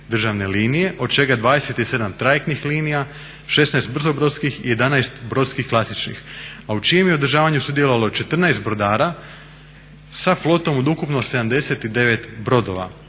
od čega 27 trajektnih linija, 16 brzo brodskih i 11 brodskih klasičnih, a u čijem je održavanju sudjelovalo 14 brodara sa flotom od ukupno 79 brodova